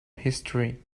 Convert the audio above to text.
history